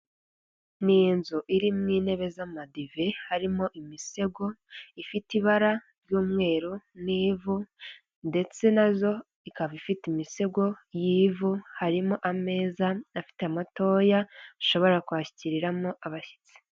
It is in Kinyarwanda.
Ni inzu irimo intebe z'amadive harimo imisego ifite ibara ry'umweru n'ivu ndetse na zo ikaba ifite imisego y'ivu harimo ameza afite amatoya ushobora kwakiriramo abashyitsi.